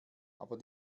aber